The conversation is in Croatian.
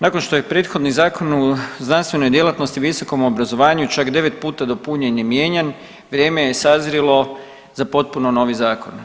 Nakon što je prethodni Zakon o znanstvenoj djelatnosti i visokom obrazovanju čak devet puta dopunjen i mijenjan vrijeme je sazrjelo za potpuno novi zakon.